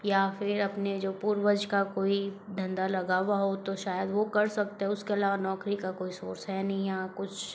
या फिर अपने जो पूर्वज का कोई धंधा लगा हुआ हो तो शायद वह कर सकते हो उसके अलावा नौकरी का कोई सोर्स है नहीं यहाँ कुछ